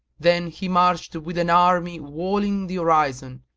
then he marched with an army walling the horizon,